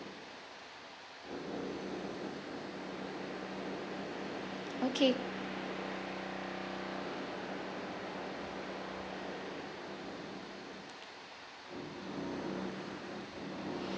okay